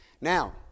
Now